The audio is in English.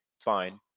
fine